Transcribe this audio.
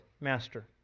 Master